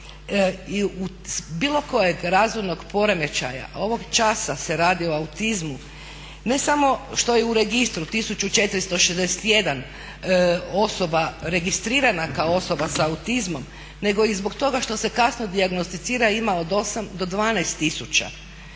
bilo kojeg razvojnog poremećaja ovog časa se radi o autizmu, ne samo što je u registru 1461 osoba registrirana kao osoba s autizmom, nego i zbog toga što se kasno dijagnosticira ima od 8 do 12 tisuća.